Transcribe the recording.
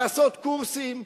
לעשות קורסים,